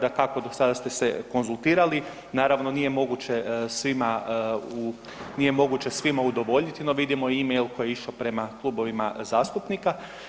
Dakako, do sada ste se konzultirali, naravno, nije moguće svima, nije moguće svima udovoljiti, no vidimo e-mail koji je išao prema klubovima zastupnika.